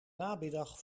namiddag